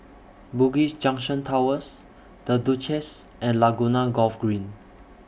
Bugis Junction Towers The Duchess and Laguna Golf Green